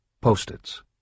Post-its